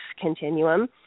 continuum